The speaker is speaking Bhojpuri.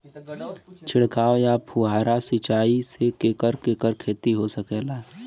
छिड़काव या फुहारा सिंचाई से केकर केकर खेती हो सकेला?